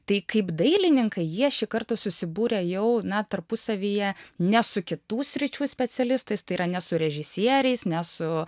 tai kaip dailininkai jie šį kartą susibūrė jau na tarpusavyje ne su kitų sričių specialistais tai yra ne su režisieriais ne su